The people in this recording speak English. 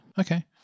okay